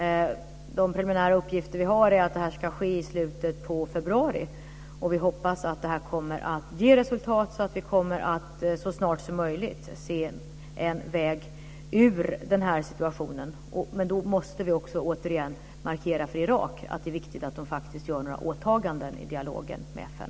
De preliminära uppgifter vi har är att det ska ske i slutet av februari. Vi hoppas att det kommer att ge resultat så att vi kommer att så snart som möjligt se en väg ur situationen. Då måste vi, återigen, markera för Irak att det är viktigt att de faktiskt gör några åtaganden i dialogen med FN.